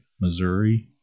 Missouri